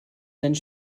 seinen